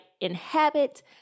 inhabit